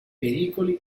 pericoli